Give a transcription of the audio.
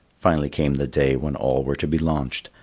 finally came the day when all were to be launched,